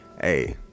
Hey